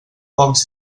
pocs